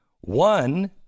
one